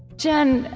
jen,